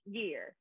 year